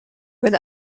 when